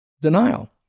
denial